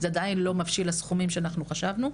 זה עדיין לא מבשיל לסכומים שאנחנו חשבנו,